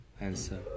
answer